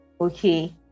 okay